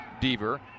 Deaver